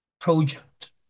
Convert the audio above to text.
project